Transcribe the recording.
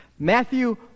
Matthew